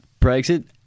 Brexit